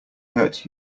hurt